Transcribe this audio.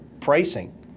pricing